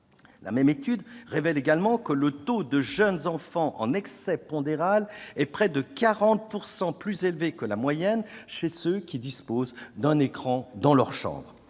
La même étude révèle également que le taux de jeunes enfants en excès pondéral est presque de 40 % supérieur à la moyenne chez ceux qui disposent d'un écran dans leur chambre.